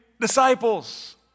disciples